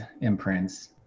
imprints